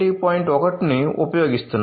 1 ను ఉపయోగిస్తున్నాము